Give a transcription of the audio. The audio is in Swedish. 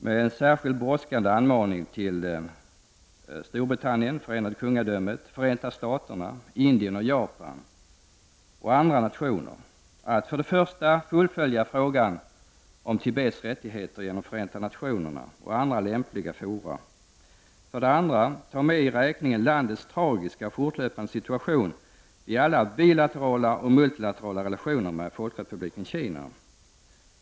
Man har en särskilt brådskande anmaning till Storbritannien, Förenade kungadömet, Förenta staterna, Indien och Japan m.fl. nationer. För det första skall frågan om Tibets rättigheter fullföljas genom Förenta nationerna och andra lämpliga fora. För det andra skall man i beräkningen ta med landets tragiska fortlöpande situation i alla bilaterala och multilaterala relationer med folkrepubliken Kina.